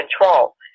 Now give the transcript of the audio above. control